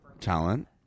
talent